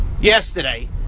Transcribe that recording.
yesterday